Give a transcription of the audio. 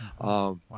Wow